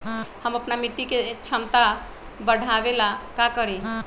हम अपना मिट्टी के झमता बढ़ाबे ला का करी?